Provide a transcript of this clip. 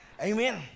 Amen